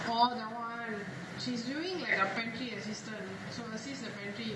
orh that one she's doing like a banking assistant to assist the banking